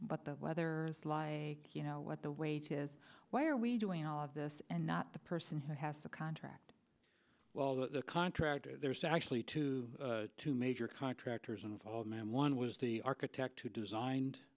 but the weather is like you know what the weight is why are we doing all of this and not the person who has the contract well the contractor there's actually two two major contractors involved and one was the architect who designed